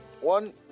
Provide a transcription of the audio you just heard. One